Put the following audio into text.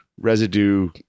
residue